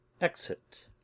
Exit